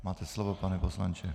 Máte slovo, pane poslanče.